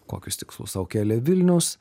kokius tikslus sau kelė vilnius